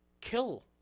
kill